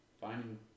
finding